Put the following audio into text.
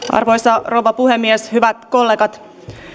arvoisa rouva puhemies hyvät kollegat